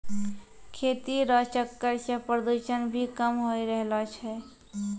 खेती रो चक्कर से प्रदूषण भी कम होय रहलो छै